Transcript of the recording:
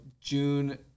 June